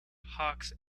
hawks